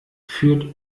führt